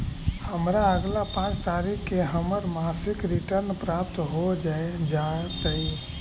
हमरा अगला पाँच तारीख के हमर मासिक रिटर्न प्राप्त हो जातइ